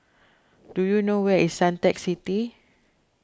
do you know where is Suntec City